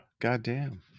goddamn